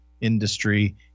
industry